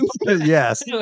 Yes